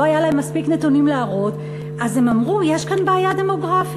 לא היו להם מספיק נתונים להראות אז הם אמרו: יש כאן בעיה דמוגרפית.